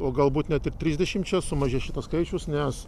o galbūt net ir trisdešimčia sumažės šitas skaičiaus nes